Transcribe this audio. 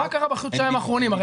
מה קרה בחודשיים האחרונים?